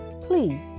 Please